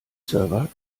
server